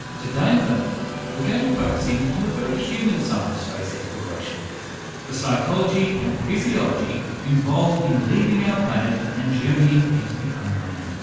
today though, we're going to focus in on the very human side of space exploration the psychology and physiology involved in leaving our planet and journeying into the unknown.